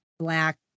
black